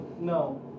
no